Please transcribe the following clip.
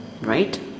right